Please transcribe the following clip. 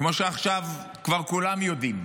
כמו שעכשיו כבר כולם יודעים.